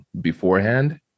beforehand